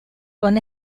con